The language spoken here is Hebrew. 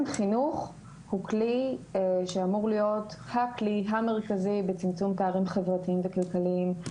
חינוך הוא כלי שאמור להיות הכלי המרכזי בצמצום פערים חברתיים וכלכליים.